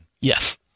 Yes